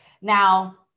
Now